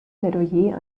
plädoyer